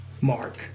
mark